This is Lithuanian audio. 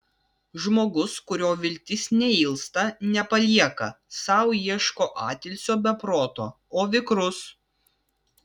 žmogus kurio viltis neilsta nepalieka sau ieško atilsio be proto o vikrus